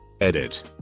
Edit